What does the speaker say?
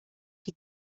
die